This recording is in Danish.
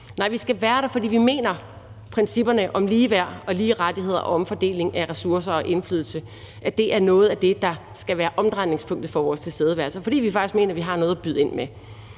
Nej, vi skal være der, fordi vi mener, at principperne for ligeværd, lige rettigheder, omfordeling af ressourcerne og indflydelse er noget af det, der skal være omdrejningspunktet for vores tilstedeværelse, og fordi vi faktisk mener, vi har noget at byde ind med.